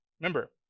Remember